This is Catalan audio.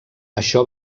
això